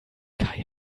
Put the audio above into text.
kai